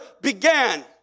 began